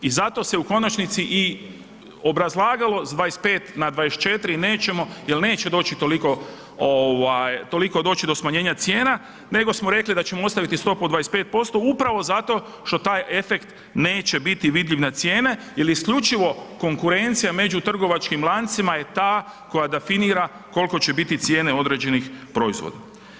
I zato se u konačnici i obrazlagalo s 25 na 24 nećemo jel neće doći toliko ovaj toliko doći do smanjenja cijena, nego smo rekli da ćemo ostaviti stopu od 25% upravo zato što taj efekt neće biti vidljiv na cijene jer isključivo konkurencija među trgovačkim lancima je ta koja definira koliko će biti cijene određenih proizvoda.